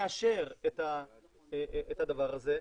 לאשר את הדבר זה,